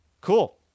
cool